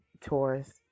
Taurus